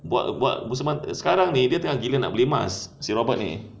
buat buat masa sekarang ni dia gila nak beli emas si robert ni